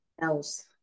else